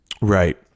right